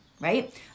right